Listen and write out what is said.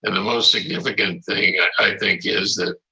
and the most significant thing i think is that